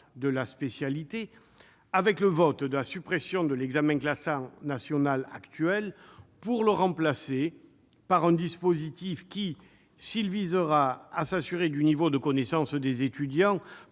de spécialité, avec le vote de la suppression de l'examen classant national actuel pour le remplacer par un dispositif qui, s'il visera à s'assurer du niveau de connaissances des étudiants,